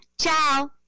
Ciao